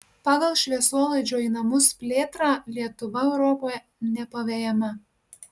pagal šviesolaidžio į namus plėtrą lietuva europoje nepavejama